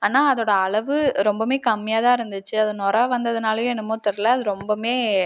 ஆனால் அதோடய அளவு ரொம்பவுமே கம்மியாகதான் இருந்துச்சு அது நொறை வந்ததினாலயோ என்னமோ தெரில அது ரொம்பவுமே